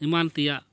ᱮᱢᱟᱱ ᱛᱮᱭᱟᱜ